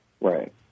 Right